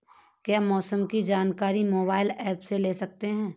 क्या मौसम की जानकारी मोबाइल ऐप से ले सकते हैं?